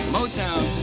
Motown